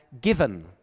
given